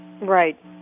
Right